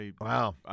Wow